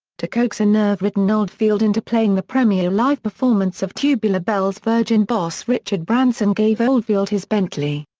to coax a nerve-ridden oldfield into playing the premiere live performance of tubular bells virgin boss richard branson gave oldfield his bentley.